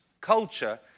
Culture